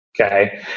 Okay